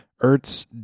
Ertz